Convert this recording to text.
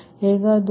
ಆದ್ದರಿಂದ ಹೇಗಾದರೂ